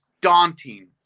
daunting